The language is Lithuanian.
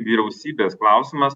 vyriausybės klausimas